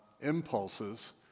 impulses